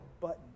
button